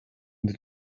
the